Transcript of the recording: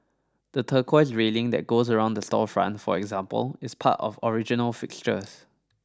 the turquoise railing that goes around the storefront for example is part of original fixtures